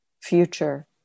future